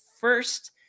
first